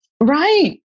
Right